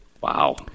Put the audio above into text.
Wow